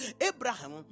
abraham